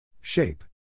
Shape